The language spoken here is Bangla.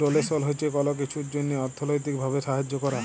ডোলেসল হছে কল কিছুর জ্যনহে অথ্থলৈতিক ভাবে সাহায্য ক্যরা